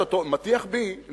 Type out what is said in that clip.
שאתה מטיח בי,